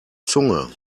zunge